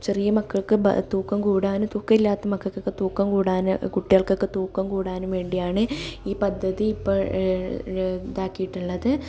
ചെറിയ മക്കൾക്ക് ബ തൂക്കം കൂടാനും തൂക്കം ഇല്ലാത്ത മക്കൾക്ക് ഒക്കെ തൂക്കം കൂടാനും കുട്ടികൾക്ക് ഒക്കെ തൂക്കം കൂടാനും വേണ്ടിയാണ് ഈ പദ്ധതി ഇപ്പോൾ ഇതാക്കിയിട്ടുള്ളത്